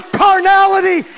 carnality